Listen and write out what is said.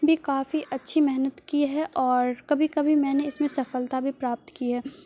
بھی کافی اچھی محنت کی ہے اور کبھی کبھی میں نے اس میں سفلتا بھی پراپت کی ہے